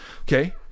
Okay